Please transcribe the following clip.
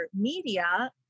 media